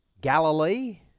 Galilee